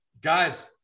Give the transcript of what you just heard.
Guys